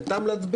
אין טעם להצביע,